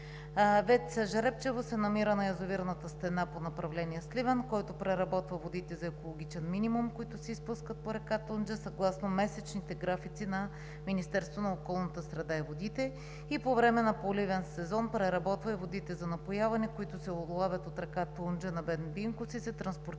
ВЕЦ „Жребчево“ се намира на язовирната стена по направление Сливен, който преработва водите за екологичен минимум, които се изпускат по река Тунджа, съгласно месечните графици на Министерството на околната среда и водите и по време на поливен сезон преработва и водите за напояване, които се улавят от река Тунджа на бент „Бинкос“ и се транспортират